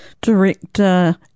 Director